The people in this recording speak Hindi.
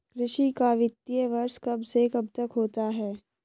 कृषि का वित्तीय वर्ष कब से कब तक होता है?